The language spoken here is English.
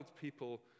people